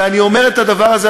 ואני אומר את הדבר הזה,